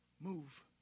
move